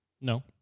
No